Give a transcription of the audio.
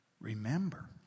Remember